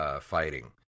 fighting